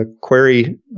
query